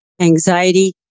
anxiety